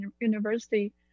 University